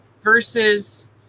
Versus